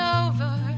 over